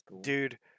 Dude